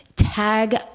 Tag